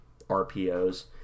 RPOs